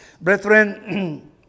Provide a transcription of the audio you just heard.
Brethren